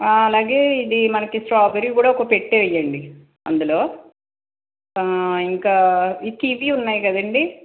అలాగే ఇది మనకి స్ట్రాబెరీ కూడా ఒక పెట్ట వేయండి అందులో ఇంకా ఈ కీవి ఉన్నాయి కదండీ